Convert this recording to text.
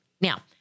Now